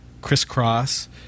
crisscross